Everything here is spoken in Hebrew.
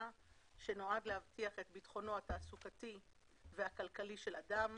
שנועד להבטיח את ביטחונו התעסוקתי והכלכלי של אדם